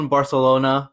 Barcelona